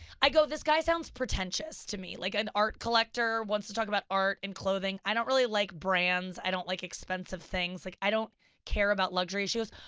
i go, this guy sounds pretentious to me, like an art collector, wants to talk about art and clothing. don't really like brands, i don't like expensive things, like i don't care about luxury, she goes,